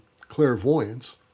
clairvoyance